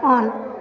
on